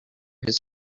his